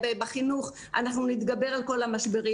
חינוך אנחנו נתגבר על כל המשברים,